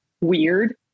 weird